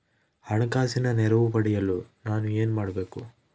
ಹಣಕಾಸಿನ ನೆರವು ಪಡೆಯಲು ನಾನು ಏನು ಮಾಡಬೇಕು?